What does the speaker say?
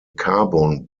carbon